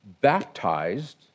baptized